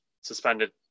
suspended